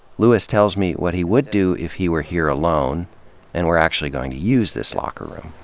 lewis tells me what he would do if he were here alone and were actually going to use this locker room.